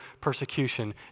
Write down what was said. persecution